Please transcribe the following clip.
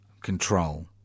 control